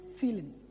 feeling